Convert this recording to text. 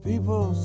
People